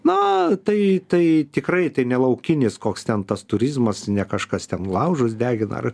na tai tai tikrai tai ne laukinis koks ten tas turizmas ne kažkas ten laužus degina ar